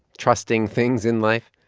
trusting things in life?